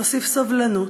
להוסיף סובלנות,